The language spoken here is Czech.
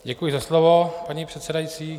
Děkuji za slovo, paní předsedající.